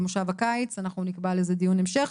במושב הקיץ אנחנו נקבע לזה דיון המשך.